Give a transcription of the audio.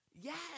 Yes